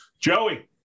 Joey